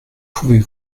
pouvez